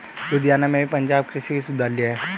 लुधियाना में भी पंजाब कृषि विश्वविद्यालय है